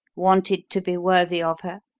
wanted to be worthy of her,